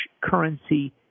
currency